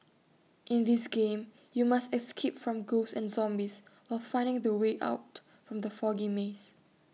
in this game you must escape from ghosts and zombies while finding the way out from the foggy maze